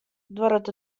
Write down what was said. duorret